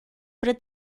para